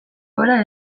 gora